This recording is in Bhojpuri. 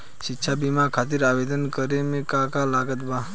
शिक्षा बीमा खातिर आवेदन करे म का का लागत बा?